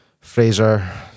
Fraser